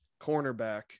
cornerback